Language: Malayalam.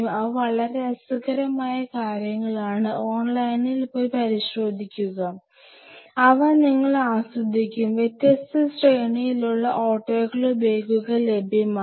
അവ വളരെ രസകരമായ കാര്യങ്ങളാണ് ഓൺലൈനിൽ പോയി പരിശോധിക്കുക അവ നിങ്ങൾ ആസ്വദിക്കും വ്യത്യസ്ത ശ്രേണിയിലുള്ള ഓട്ടോക്ലേവ് ബാഗുകൾ ലഭ്യമാണ്